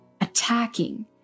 attacking